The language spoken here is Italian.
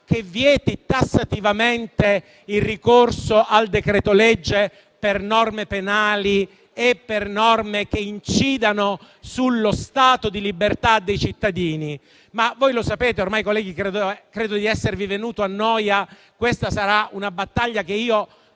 che vieti tassativamente il ricorso al decreto-legge per norme penali o che incidano sullo stato di libertà dei cittadini. Colleghi, ormai credo di esservi venuto a noia e questa sarà una battaglia alla